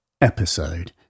episode